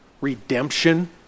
redemption